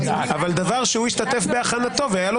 אבל דבר שהוא השתתף בהכנתו והייתה לו